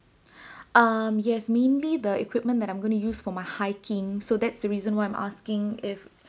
um yes mainly the equipment that I'm gonna use for my hiking so that's the reason why I'm asking if